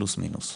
פלוס-מינוס.